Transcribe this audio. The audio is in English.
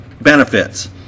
benefits